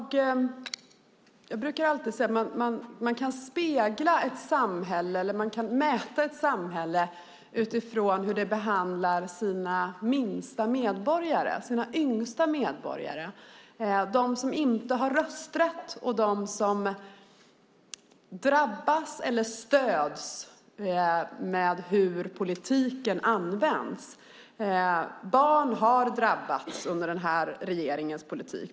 Herr talman! Jag brukar säga att man kan mäta ett samhälle utifrån hur det behandlar sina minsta och yngsta medborgare, de som inte har rösträtt och som drabbas eller stöds beroende på hur politiken används. Barn har drabbats under den här regeringens politik.